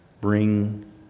bring